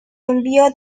envió